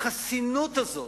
החסינות הזו